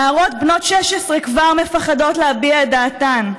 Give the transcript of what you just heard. נערות בנות 16 כבר מפחדות להביע את דעתן.